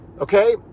okay